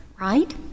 right